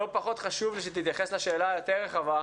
לא פחות חשוב לי שתתייחס לשאלה היותר רחבה.